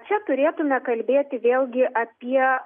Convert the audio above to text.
čia turėtų nekalbėti vėlgi apie